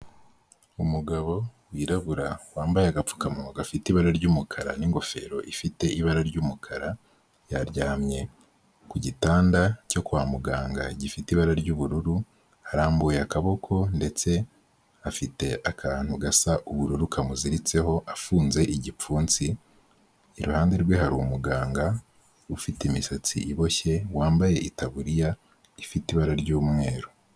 Umugabo wirabura wambaye agapfukamuwa gafite ibara ry'umukara n'ingofero ifite ibara ry'umukara ryaryamye ku gitanda cyo kwa muganga gifite ibara ry'ubururu arambuye akaboko ndetse afite akantu gasa ubururu kamuziritseho afunze igipfunsi iruhande rwe hari umuganga ufite imisatsi iboshye wambaye itaburiya ifite ibara ry'umweru.